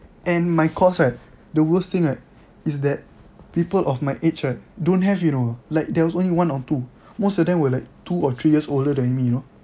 and my course right the worst thing right is that people of my age right don't have you know like there was only one or two most of them were like two or three years older than me you know